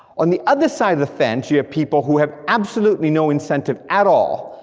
on the other side of the fence you have people who have absolutely no incentive at all,